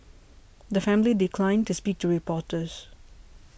the family declined to speak to reporters